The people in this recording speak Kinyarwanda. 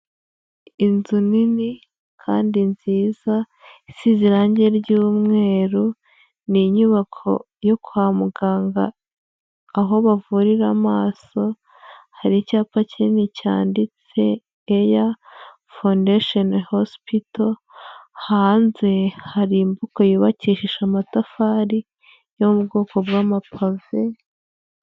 Inzu nini kandi nziza isize irange ry'umweru, ni inyubako yo kwa muganga, aho bavurira amaso, hari icyapa kinini cyanditse Eya Fondasheni Hosipito, hanze hari imbunga yubakishije amatafari yo mu bwoko bw'amapave.